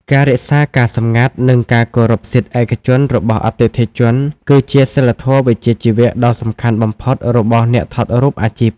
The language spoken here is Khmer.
ការរក្សាការសម្ងាត់ និងការគោរពសិទ្ធិឯកជនរបស់អតិថិជន គឺជាសីលធម៌វិជ្ជាជីវៈដ៏សំខាន់បំផុតរបស់អ្នកថតរូបអាជីព។